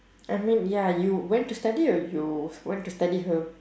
I mean ya you went to study or you went to study her